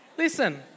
Listen